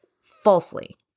falsely